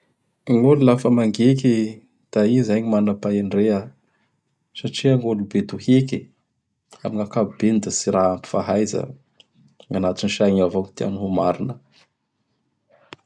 Gny olo lafa mangiky da i zay gny manam-pahendrea satria gny olo be dohiky am gn'ankapobeny da tsy raha ampy fahaiza. Gny agantin saigny ao avao gny tiany ho marina.